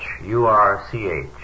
U-R-C-H